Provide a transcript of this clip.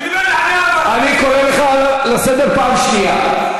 שידבר, אני קורא אותך לסדר פעם שנייה.